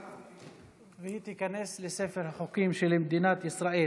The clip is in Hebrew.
והיא תיכנס לספר החוקים של מדינת ישראל.